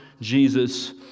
Jesus